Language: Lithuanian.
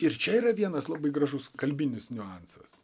ir čia yra vienas labai gražus kalbinis niuansas